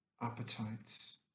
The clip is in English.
appetites